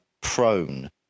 prone